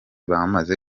bamaze